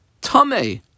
Tame